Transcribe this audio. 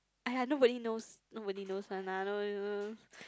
!aiya! nobody knows nobody knows one ah nobody knows